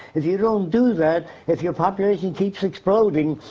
if you don't do that, if your population keeps exploding,